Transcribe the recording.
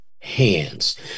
hands